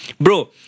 Bro